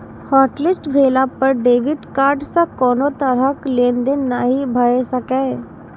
hotlist भेला पर debit card सं कोनो तरहक लेनदेन नहि भए सकैए